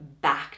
back